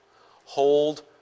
Hold